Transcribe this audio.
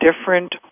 different